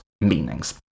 meanings